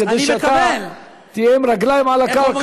כדי שאתה תהיה עם רגליים על הקרקע.